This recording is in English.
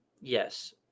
Yes